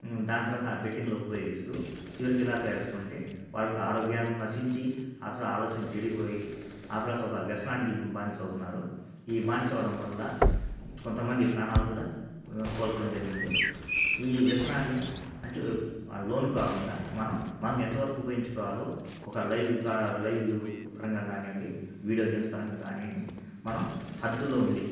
దాని తర్వాత బెట్టింగులకు ఉపయోగిస్తూ చివరికి ఎలా అవుతున్నారు అంటే వాళ్ళకు ఆరోగ్యం నశించి అసలు ఆలోచన చెడిపోయి ఆ తర్వాత ఒక వ్యసనానికి బానిస అవుతున్నారు ఈ బానిస అవ్వడం వల్ల కొంతమంది ప్రాణాలు కూడా కోల్పోవడం జరిగింది ఈ వ్యసనాన్ని అంటే లోను కాకుండా మనం మనకు ఎంతవరకు ఉపయోగించుకోవాలో ఒక లైవ్గా లైవ్ పరంగా కానివ్వండి వీడియో గేమ్స్ పరంగా కానివ్వండి మనం హద్దుల్లో ఉండి